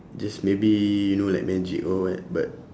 just maybe you know like magic or what but